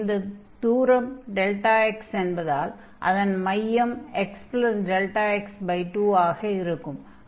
இந்த தூரம் δx என்பதால் அதன் மையம் xδx2 ஆக இருக்கும்